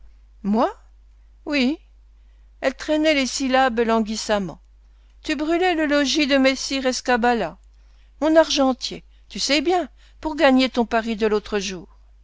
syllabes languissamment tu brûlais le logis de messire escabala mon argentier tu sais bien pour gagner ton pari de l'autre jour